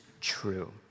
true